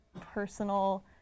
personal